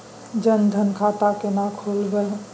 जनधन खाता केना खोलेबे?